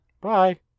Bye